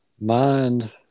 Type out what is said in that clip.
Mind